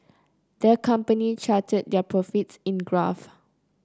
the company charted their profits in graph